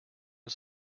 was